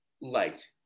light